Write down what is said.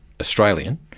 Australian